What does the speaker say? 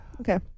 okay